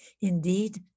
Indeed